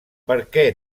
perquè